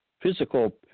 physical